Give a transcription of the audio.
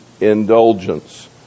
indulgence